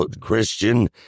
Christian